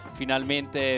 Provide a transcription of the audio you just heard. finalmente